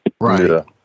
Right